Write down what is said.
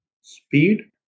speed